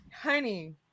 honey